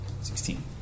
Sixteen